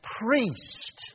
priest